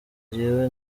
jyewe